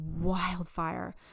wildfire